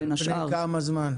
על פני כמה זמן?